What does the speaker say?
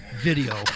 video